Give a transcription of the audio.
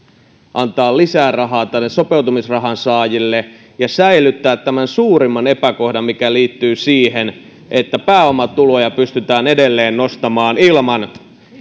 antaa lisää rahaa näille sopeutumisrahan saajille ja säilyttää tämän suurimman epäkohdan mikä liittyy siihen että pääomatuloja pystytään edelleen nostamaan ilman